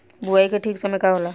बुआई के ठीक समय का होला?